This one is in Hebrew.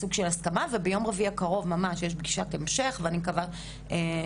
בסוג של הסכמה וביום רביעי הקרוב ממש יש פגישת המשך ואני מקווה שנצליח.